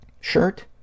shirt